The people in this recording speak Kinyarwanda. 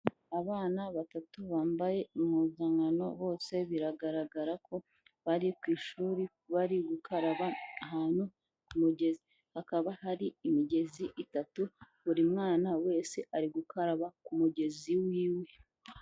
Abana batatu bambaye impuzankano bose biragaragara ko bari ku ishuri bari gukaraba ahantu ku mugezi, hakaba hari imigezi itatu buri mwana wese ari gukaraba ku mugezi wiwe.